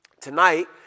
Tonight